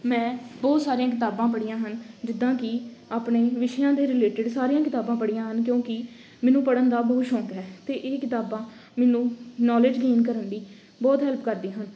ਮੈਂ ਬਹੁਤ ਸਾਰੀਆਂ ਕਿਤਾਬਾਂ ਪੜ੍ਹੀਆਂ ਹਨ ਜਿੱਦਾਂ ਕਿ ਆਪਣੇ ਵਿਸ਼ਿਆਂ ਦੇ ਰਿਲੇਟਿਡ ਸਾਰੀਆਂ ਕਿਤਾਬਾਂ ਪੜ੍ਹੀਆਂ ਹਨ ਕਿਉਂਕਿ ਮੈਨੂੰ ਪੜ੍ਹਨ ਦਾ ਬਹੁਤ ਸ਼ੌਂਕ ਹੈ ਅਤੇ ਇਹ ਕਿਤਾਬਾਂ ਮੈਨੂੰ ਨੌਲੇਜ ਗੇਨ ਕਰਨ ਲਈ ਬਹੁਤ ਹੈਲਪ ਕਰਦੇ ਹਨ